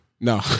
no